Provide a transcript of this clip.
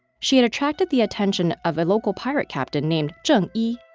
she had attracted the attention of a local pirate captain named zheng yi,